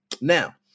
now